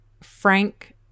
Frank